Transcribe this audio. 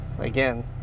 Again